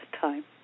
time